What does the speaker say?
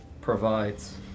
provides